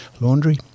laundry